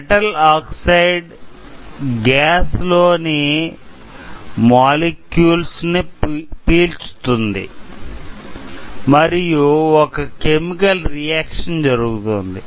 metal oxide gas లో ని molecules ని పీల్చుతుంది మరియు ఒక కెమికల్ రియాక్షన్ జరుగుతుంది